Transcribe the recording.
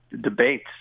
debates